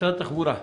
משרד התחבורה.